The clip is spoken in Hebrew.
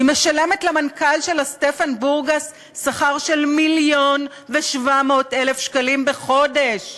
היא משלמת למנכ"ל שלה סטפן בורגס שכר של מיליון ו-700,000 שקלים בחודש.